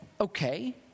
okay